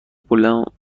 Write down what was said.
بلوند